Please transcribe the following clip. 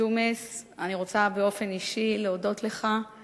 ג'ומס, אני רוצה להודות לך באופן אישי.